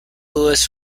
lewis